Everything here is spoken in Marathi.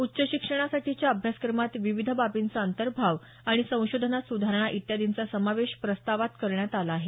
उच्च शिक्षणासाठीच्या अभ्यासक्रमात विविध बाबींचा अंतर्भाव आणि संशोधनात सुधारणा इत्यादींचा समावेश प्रस्तावात करण्यात आला आहे